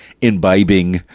imbibing